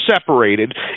separated